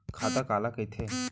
खाता काला कहिथे?